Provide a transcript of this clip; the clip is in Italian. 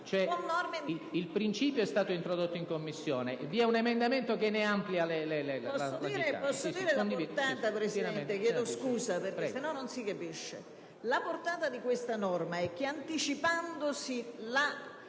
Il principio è stato introdotto in Commissione e vi è un emendamento che ne amplia la portata.